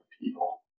people